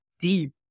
deep